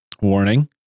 Warning